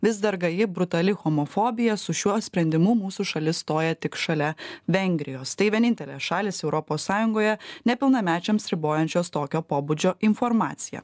vis dar gaji brutali homofobija su šiuo sprendimu mūsų šalis stoja tik šalia vengrijos tai vienintelės šalys europos sąjungoje nepilnamečiams ribojančios tokio pobūdžio informaciją